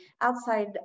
outside